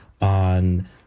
on